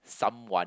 someone